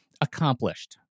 Accomplished